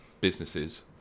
businesses